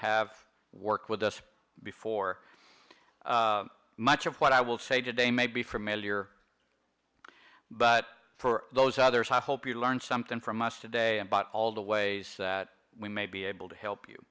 have worked with us before much of what i will say today may be familiar but for those others i hope you learned something from us today about all the ways that we may be able to help you